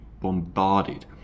bombarded